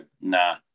nah